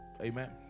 Amen